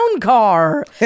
car